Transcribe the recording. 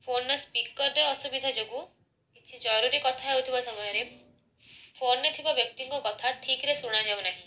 ଫୋନ୍ର ସ୍ପିକର୍ରେ ଅସୁବିଧା ଯୋଗୁ କିଛି ଜରୁରୀ କଥା ହେଉଥିବା ସମୟରେ ଫୋନ୍ରେ ଥିବା ବ୍ୟକ୍ତିଙ୍କ କଥା ଠିକ୍ରେ ଶୁଣା ଯାଉନାହିଁ